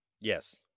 yes